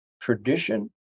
tradition